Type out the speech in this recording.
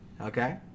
okay